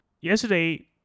Yesterday